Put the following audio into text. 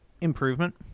improvement